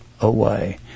away